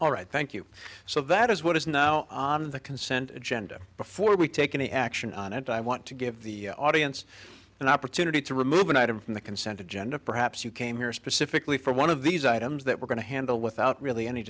all right thank you so that is what is now on the consent agenda before we take any action on it i want to give the audience an opportunity to remove an item from the consent agenda perhaps you came here specifically for one of these items that we're going to handle without really any